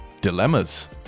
Dilemmas